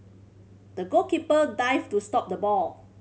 the goalkeeper dived to stop the ball